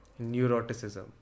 Neuroticism